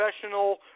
professional